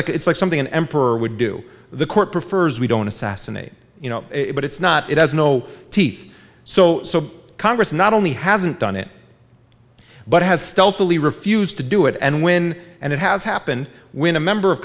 like it's like something an emperor would do the court prefers we don't assassinate you know but it's not it has no teeth so so congress not only hasn't done it but has stealthily refused to do it and when and it has happened when a member of